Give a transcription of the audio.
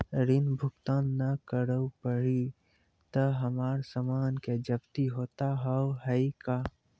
ऋण भुगतान ना करऽ पहिए तह हमर समान के जब्ती होता हाव हई का?